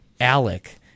Alec